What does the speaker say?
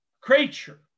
creature